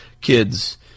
kids